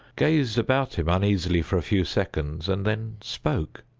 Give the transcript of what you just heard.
gazed about him uneasily for a few seconds, and then spoke.